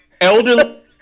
elderly